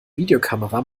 videokamera